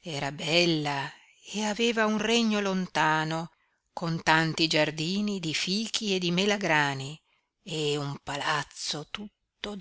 era bella e aveva un regno lontano con tanti giardini di fichi e di melagrani e un palazzo tutto